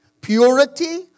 purity